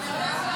בעד,